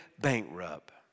bankrupt